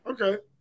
Okay